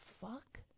fuck